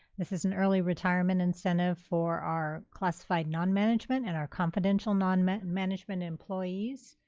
this is an early retirement incentive for our classified non-management and our confidential non-management employees.